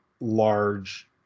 large